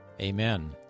amen